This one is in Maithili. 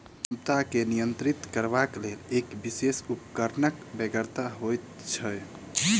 क्षमता के नियंत्रित करबाक लेल एक विशेष उपकरणक बेगरता होइत छै